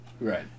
Right